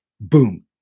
boom